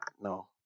no